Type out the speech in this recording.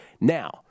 Now